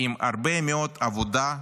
עם הרבה מאוד עבודה,